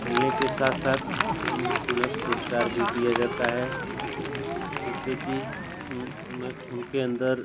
खेलने के साथ साथ उन उन्हें पुरस्कार भी दिया जाता है जिसके कि उन उने उनके अन्दर